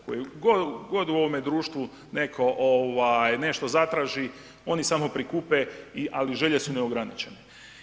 Tko god u ovome društvo neko nešto zatraži oni samo prikupe, ali želje su neograničene.